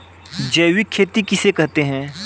जैविक खेती किसे कहते हैं?